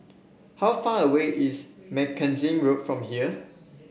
how far away is Mackenzie Road from here